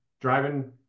driving